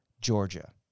Georgia